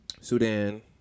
sudan